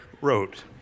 wrote